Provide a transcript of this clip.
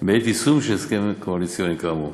בעת יישום של ההסכמים הקואליציוניים כאמור.